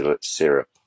syrup